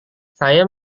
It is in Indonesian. saya